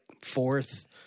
fourth